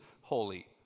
holy